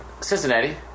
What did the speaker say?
Cincinnati